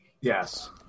Yes